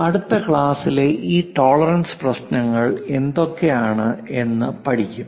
അടുത്ത ക്ലാസിലെ ഈ ടോളറൻസ് പ്രശ്നങ്ങൾ എന്തൊക്കെ ആണ് എന്ന് പഠിക്കും